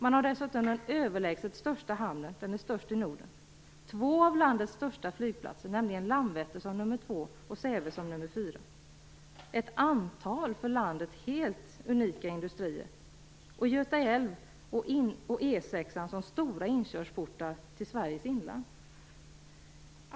Man har den överlägset största hamnen, störst i Norden, två av landets största flygplatser - Landvetter som nummer två och Säve som nummer fyra - ett antal för landet helt unika industrier samt Göta älv och E 6:an som stora inkörsportar till Sveriges inland.